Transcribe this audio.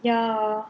ya